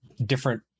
different